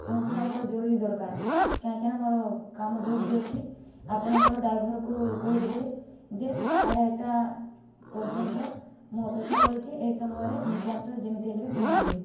ପହଞ୍ଚିବା ମୋର ଜରୁରୀ ଦରକାର କାହିଁକି ନା ମୋର କାମ ବହୁତ ବି ଅଛି ଆପଣଙ୍କର ଡ୍ରାଇଭରକୁ କହିଦେବେ ଯେ ସାଢ଼େ ଏକ୍ଟା ପର୍ଯ୍ୟନ୍ତ ମୁଁ ଅପେକ୍ଷା କରିଛି ଏହି ସମୟରେ ନିତାନ୍ତ ଯେମିତି ହେଲେ ବି ପହଞ୍ଚିବେ